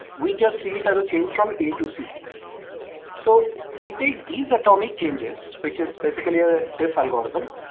we just see that it changed from a to c so we take these atomic changes, which is basically a diff algorithm,